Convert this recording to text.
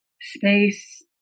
space